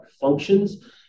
functions